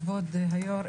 כבוד היו"ר,